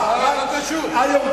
מה קשור, חבל לחזור על כל הדיון מההתחלה.